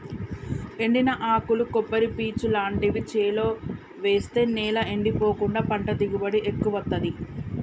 ఎండిన ఆకులు కొబ్బరి పీచు లాంటివి చేలో వేస్తె నేల ఎండిపోకుండా పంట దిగుబడి ఎక్కువొత్తదీ